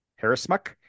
Harrismuck